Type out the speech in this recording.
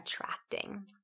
attracting